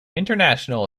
international